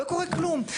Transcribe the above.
לא קורה כלום.